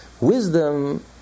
Wisdom